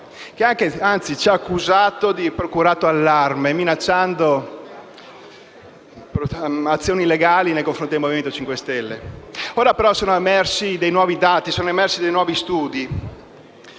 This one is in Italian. che anzi ci ha accusato di procurato allarme, minacciando azioni legali nei confronti del Movimento 5 Stelle. Ora, però, sono emersi nuovi dati e nuovi studi